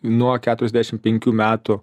nuo keturiasdešim penkių metų